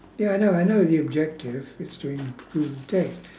ya I know I know the objective is to improve the taste